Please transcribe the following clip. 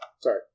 sorry